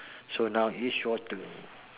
so now is your turn